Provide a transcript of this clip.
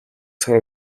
сар